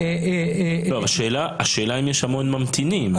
השאלה אם יש המון ממתינים?